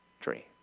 tree